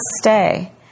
stay